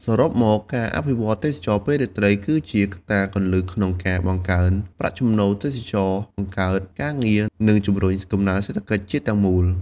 សរុបមក ការអភិវឌ្ឍទេសចរណ៍ពេលរាត្រីគឺជាកត្តាគន្លឹះក្នុងការបង្កើនប្រាក់ចំណូលទេសចរណ៍ បង្កើតការងារ និងជំរុញកំណើនសេដ្ឋកិច្ចជាតិទាំងមូល។